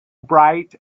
bright